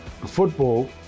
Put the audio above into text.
Football